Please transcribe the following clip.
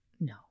no